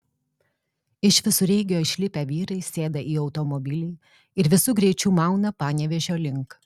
iš visureigio išlipę vyrai sėda į automobilį ir visu greičiu mauna panevėžio link